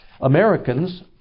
Americans